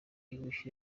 english